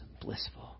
blissful